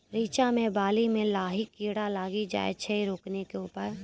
रिचा मे बाली मैं लाही कीड़ा लागी जाए छै रोकने के उपाय?